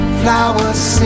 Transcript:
flowers